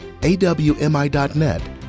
awmi.net